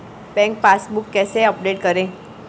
Bank passbook कैसे update करें?